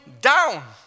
down